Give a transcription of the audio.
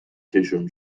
چششون